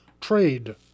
trade